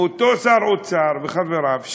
מאותם שר אוצר וחבריו,